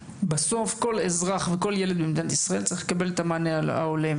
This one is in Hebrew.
בסוף כל אזרח וכל ילד במדינת ישראל צריך לקבל מענה הולם.